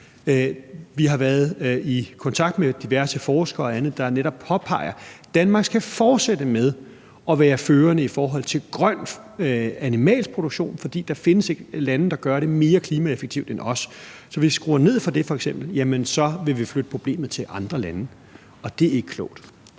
Vi har været i kontakt med diverse forskere og andre, der netop påpeger, at Danmark skal fortsætte med at være førende i forhold til grøn animalsk produktion, fordi der ikke findes lande, der gør det mere klimaeffektivt end os. Så hvis vi f.eks. skruer ned for det, vil vi flytte problemet til andre lande, og det er ikke klogt.